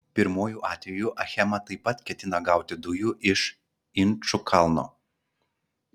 pirmuoju atveju achema taip pat ketina gauti dujų iš inčukalno